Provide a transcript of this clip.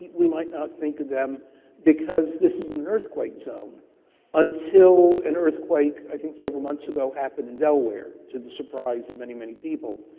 we might not think of them because this is an earthquake zone until and earthquake, i think several months ago, happened in delaware to the surprise of many, many people.